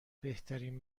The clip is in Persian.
بهترین